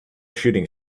shooting